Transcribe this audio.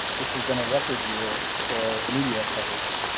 this has been a record year for media coverage.